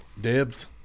Debs